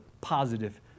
positive